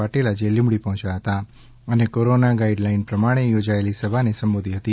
પાટિલ આજે લીંબડી પહોંચ્યા હતા અને કોરોના ગાઈડ લાઈન પ્રમાણે યોજાયેલી સભાને સંબોધી હતી